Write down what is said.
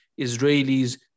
Israelis